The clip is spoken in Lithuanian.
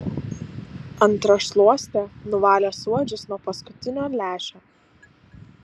antra šluoste nuvalė suodžius nuo paskutinio lęšio